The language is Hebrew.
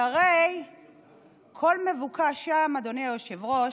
שהרי כל מבוקשם, אדוני היושב-ראש,